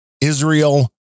Israel